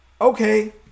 Okay